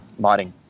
modding